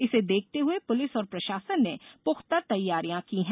इसे देखते हुए पुलिस और प्रशासन ने पूख्ता तैयारियां की है